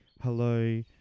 Hello